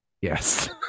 Yes